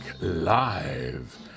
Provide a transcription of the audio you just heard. live